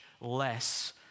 less